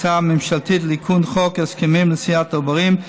הצעה ממשלתית לתיקון חוק ההסכמים לנשיאת עוברים,